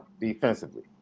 defensively